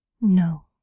No